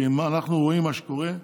כי אנחנו רואים מה שקורה,